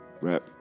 rap